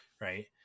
right